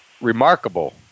remarkable